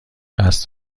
قصد